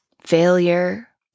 Failure